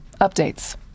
Updates